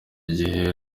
gihe